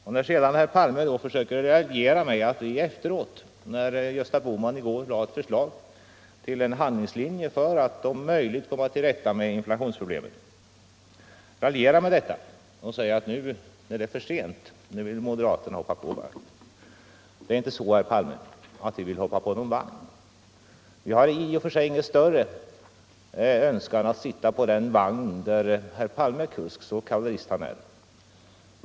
« Sedan raljerade herr Palme med mig och sade att i efterhand — Gösta Bohman lade ju i går fram förslag till en handlingslinje för att om möjligt komma till rätta med inflationsproblemet — vill nu moderaterna hoppa på vagnen, men nu är det för sent. Nej, det är inte så att vi vill hoppa på någon vagn, herr Palme. Vi har i och för sig ingen större önskan att sitta på den vagn där herr Palme är kusk — så kavallerist han är.